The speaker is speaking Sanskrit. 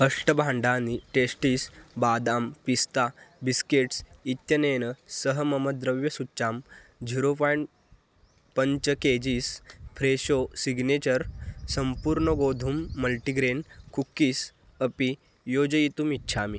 अष्टभाण्डानि टेस्टीस् बादां पिस्ता बिस्केट्स् इत्यनेन सह मम द्रव्यसूच्चां जीरो पायिण्ट् पञ्च के जीस् फ्रेशो सिग्नेचर् सम्पूर्नगोधूम् मल्टिग्रेन् कुक्कीस् अपि योजयितुम् इच्छामि